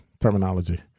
terminology